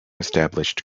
established